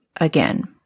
again